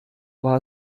war